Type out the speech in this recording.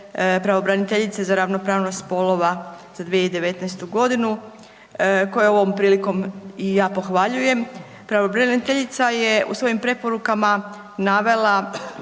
pravobraniteljice za ravnopravnost spolova za 2019. godinu koje ovom prilikom i ja pohvaljujem. Pravobraniteljica je u svojim preporukama navela